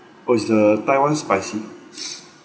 oh is the thai one spicy